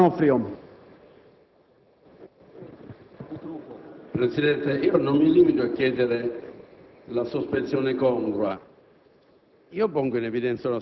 mentre stiamo parlando. Quindi, chiedo una sospensione congrua per poterlo esaminare.